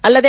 ಅಲ್ಲದೆ